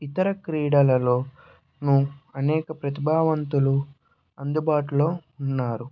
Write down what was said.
ఇతర క్రీడలలోను అనేక ప్రతిభావంతులు అందుబాటులో ఉన్నారు